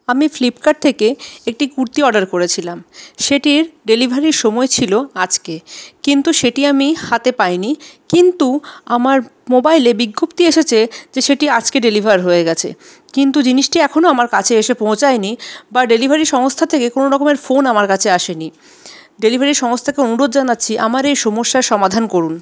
আমি ফ্লিপকার্ট থেকে একটি কুর্তি অর্ডার করেছিলাম সেটির ডেলিভারির সময় ছিল আজকে কিন্তু সেটি আমি হাতে পাইনি কিন্তু আমার মোবাইলে বিজ্ঞপ্তি এসেছে যে সেটি আজকে ডেলিভার হয়ে গেছে কিন্তু জিনিসটি এখনও আমার কাছে এসে পৌঁছায়নি বা ডেলিভারি সংস্থা থেকে কোনো রকমের ফোন আমার কাছে আসেনি ডেলিভারি সংস্থাকে অনুরোধ জানাচ্ছি আমার এই সমস্যার সমাধান করুন